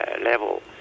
level